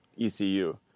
ECU